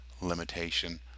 limitation